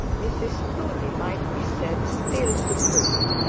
mrs proudie might be said still to bloom,